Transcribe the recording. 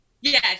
Yes